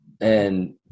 and-